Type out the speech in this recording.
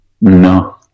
No